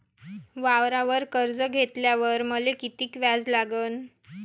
वावरावर कर्ज घेतल्यावर मले कितीक व्याज लागन?